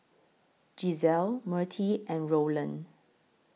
Giselle Mertie and Rowland